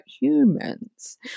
humans